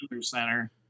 center